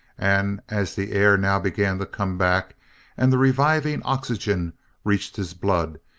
and as the air now began to come back and the reviving oxygen reached his blood,